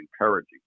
encouraging